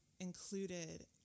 included